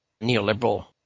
neoliberal